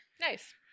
Nice